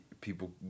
people